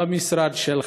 במשרד שלך.